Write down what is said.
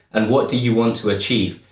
and what do you want to achieve,